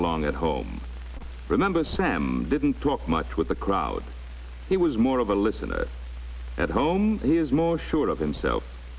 along at home remember sam didn't talk much with the crowd he was more of a listener at home he is more sure of himself